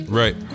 right